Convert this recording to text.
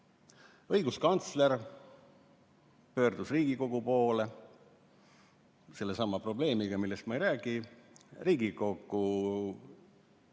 Õiguskantsler pöördus Riigikogu poole sellesama probleemiga, millest ma ei räägi. Riigikogu